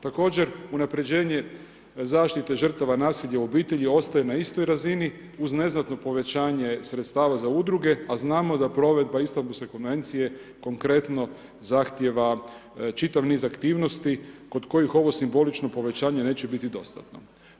Također unapređenje zaštite žrtava nasilja u obitelji ostaje na istoj razini uz neznatno povećanje sredstava za udruge a znamo da provedba Istanbulske konvencije konkretno zahtjeva čitav niz aktivnosti kod kojih ovo simbolično povećanje neće biti dostatno.